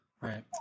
Right